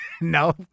no